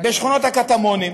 בשכונות הקטמונים,